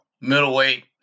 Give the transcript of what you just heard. middleweight